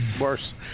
worse